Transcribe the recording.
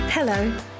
Hello